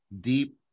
deep